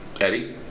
Eddie